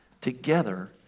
together